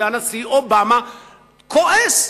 והנשיא אובמה כועס,